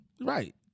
Right